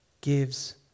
gives